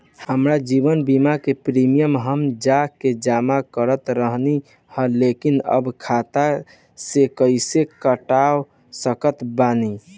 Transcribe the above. हमार जीवन बीमा के प्रीमीयम हम जा के जमा करत रहनी ह लेकिन अब खाता से कइसे कटवा सकत बानी?